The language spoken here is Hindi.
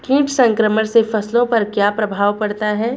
कीट संक्रमण से फसलों पर क्या प्रभाव पड़ता है?